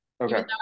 okay